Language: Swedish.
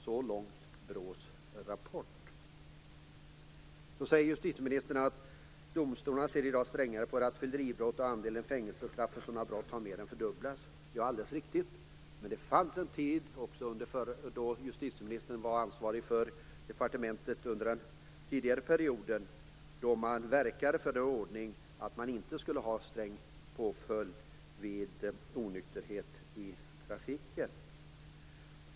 Så långt Justitieministern säger vidare att domstolarna ser i dag strängare på rattfylleribrott och att andelen fängelsestraff för sådana brott mer än fördubblats. Det är alldeles riktigt, men det fanns en tid då justitieministern var ansvarig för departementet under den tidigare perioden och verkade för en ordning att man inte skulle ha en sträng påföljd vid onykterhet i trafiken.